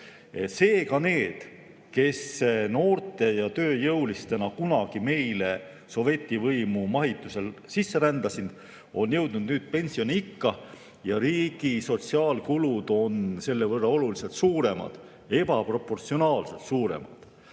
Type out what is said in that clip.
Seega need, kes noorte ja tööjõulistena kunagi meile sovetivõimu mahitusel sisse rändasid, on jõudnud pensioniikka ja riigi sotsiaalkulud on selle võrra oluliselt suuremad, ebaproportsionaalselt suuremad.